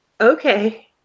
Okay